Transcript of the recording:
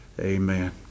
Amen